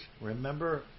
Remember